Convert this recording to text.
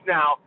now